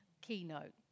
keynote